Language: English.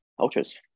Ultras